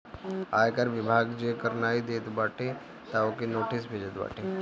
आयकर विभाग जे कर नाइ देत बाटे तअ ओके नोटिस भेजत बाटे